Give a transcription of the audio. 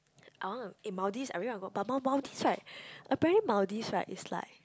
I want eh in Maldives I really want to go but mal~ mal~ Maldives right apparently Maldives right it's like